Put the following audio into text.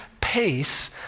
pace